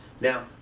Now